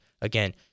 Again